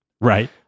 Right